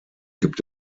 gibt